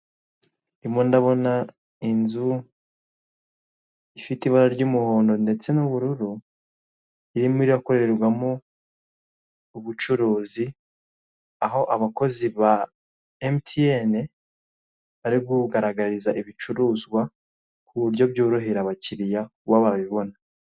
Ndimo ndabona inzu ifite ibara ry'umuhondo ndetse n'ubururu, irimo irakorerwamo ubucuruzi, aho abakozi ba MTN, bari kugaragariza ibicuruzwa ku buryo byorohera abakiriya kuba babibona.